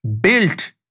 built